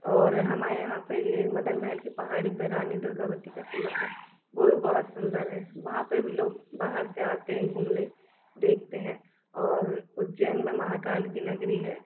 और हमारे यहाँ पे ये मदन महल की पहाड़ी पे रानी दुर्गावती का किला है वो भी बहुत सुंदर है वहाँ पे भी लोग बाहर से आते हैं घूमने देखते हैं और उज्जैन में महाकाल किला गिरी है